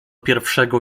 pierwszego